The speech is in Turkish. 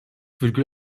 virgül